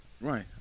Right